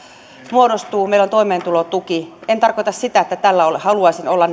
muodostuu meillä on toimeentulotuki en tarkoita sitä että tällä haluaisin olla